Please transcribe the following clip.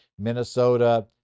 Minnesota